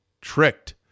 tricked